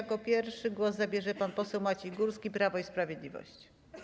Jako pierwszy głos zabierze pan poseł Maciej Górski, Prawo i Sprawiedliwość.